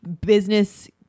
business